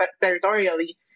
territorially